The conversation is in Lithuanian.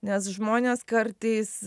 nes žmonės kartais